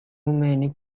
many